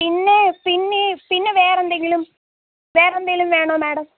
പിന്നെ പിന്നെ ഈ പിന്നെ വേറെ എന്തെങ്കിലും വേറെ എന്തെങ്കിലും വേണോ മാഡം